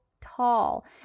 tall